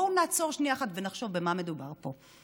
בואו נעצור שנייה אחת ונחשוב במה מדובר פה.